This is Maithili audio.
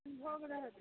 भोग रहऽ दियौ